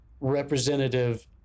representative